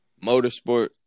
Motorsport